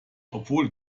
obwohl